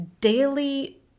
daily